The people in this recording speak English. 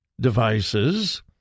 devices